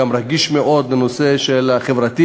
גם רגיש מאוד לנושא החברתי.